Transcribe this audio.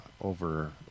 over